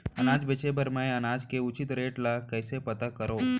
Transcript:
अनाज बेचे बर मैं अनाज के उचित रेट ल कइसे पता करो?